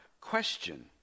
Question